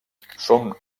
són